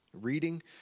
Reading